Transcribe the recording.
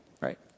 right